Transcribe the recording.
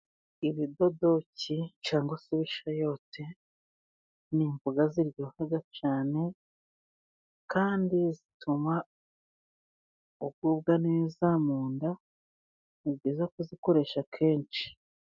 Ibidodoki cyangwa se ibishayote ni imboga ziryoha cyane, kandi zituma ugubwa neza mu nda, ni byiza kuzikoresha kenshi.